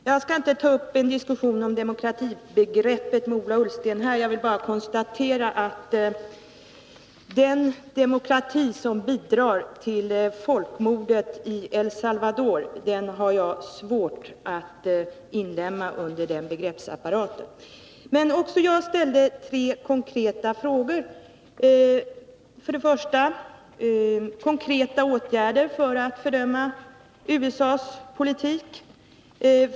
Herr talman! Jag skall inte här ta upp någon diskussion med Ola Ullsten om demokratibegreppet. Jag vill bara säga att jag inte har mycket till övers för den ”demokrati” som bidrar till folkmordet i El Salvador. Den regimen har jag svårt att inlemma under det begreppet. Också jag ställde tre konkreta frågor. Jag frågade för det första efter konkreta åtgärder för att fördöma USA:s politik.